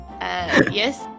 Yes